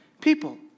people